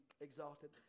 exalted